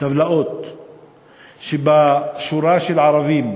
טבלאות שבשורה של ערבים,